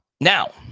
Now